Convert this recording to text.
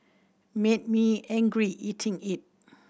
made me angry eating it